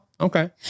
okay